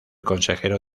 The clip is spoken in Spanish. consejero